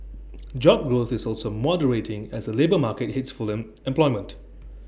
job growth is also moderating as the labour market hits fulling employment